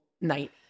night